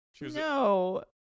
No